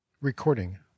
Recording